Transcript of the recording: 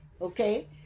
Okay